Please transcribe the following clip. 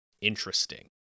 interesting